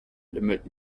lümmelt